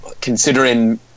considering